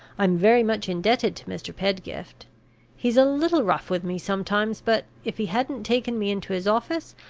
i'm very much indebted to mr. pedgift he's a little rough with me sometimes, but, if he hadn't taken me into his office,